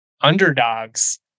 underdogs